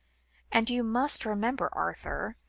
and you must remember, arthur,